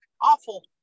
Awful